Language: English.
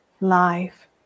life